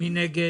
מי נגד?